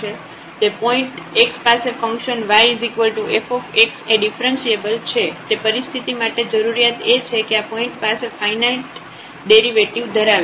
તેથી પોઇન્ટ xપાસે function yf એ ડિફ્રન્સિએબલ છે તે પરિસ્થિતિ માટે જરૂરિયાત એ છે કે આ પોઇન્ટ પાસે ફાઈનાઈટ ડેરિવેટિવ ધરાવે છે